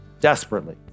Desperately